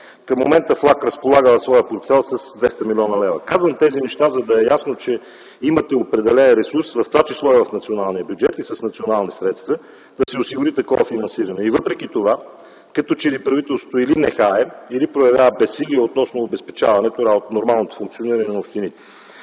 Към момента ФЛАГ разполага в своя портфейл с 200 млн. лв. Казвам тези неща, за да е ясно, че имате определен ресурс, в това число и в националния бюджет и с национални средства, да се осигури такова финансиране. Въпреки това, като че ли правителството или нехае, или дори проявява безсилие относно обезпечаването нормалното функциониране на общините.